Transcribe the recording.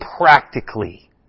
practically